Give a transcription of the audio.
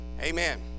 Amen